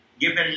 given